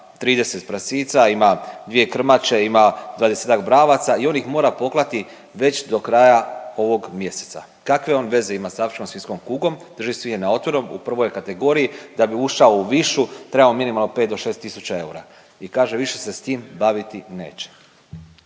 30 prasica, ima 2 krmače, ima 20-tak bravaca i on ih mora poklati već do kraja ovog mjeseca. Kakve on veze ima sa afričkom svinjskom kugom, drži svinje na otvorenom, u prvoj je kategoriji. Da bi ušao u višu treba mu minimalno 5 do 6000 eura i kaže više se s tim baviti neće.